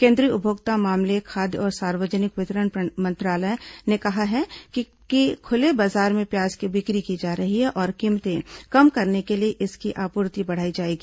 केंद्रीय उपभोक्ता मामले खाद्य और सार्वजनिक वितरण मंत्रालय ने कहा है कि कहा है कि खुले बाजार में प्याज की बिक्री की जा रही है और कीमतें कम करने के लिए इसकी आपूर्ति बढ़ाई जाएगी